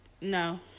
no